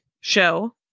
show